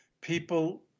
people